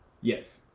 Yes